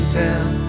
down